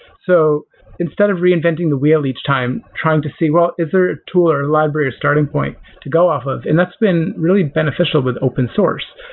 so instead of reinventing the wheel each time trying to see, well, is there a tool or a library or starting point to go off of? and that's been really beneficial with open source,